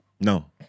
No